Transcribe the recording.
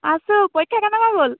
আছোঁ পৰীক্ষা কেনেকুৱা গ'ল